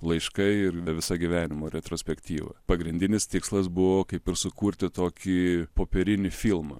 laiškai ir vi viso gyvenimo retrospektyva pagrindinis tikslas buvo kaip ir sukurti tokį popierinį filmą